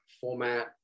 format